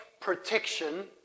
protection